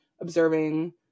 observing